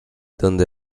donde